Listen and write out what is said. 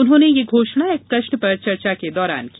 उन्होंने यह घोषणा एक प्रश्न पर चर्चा के दौरान की